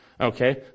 Okay